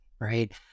right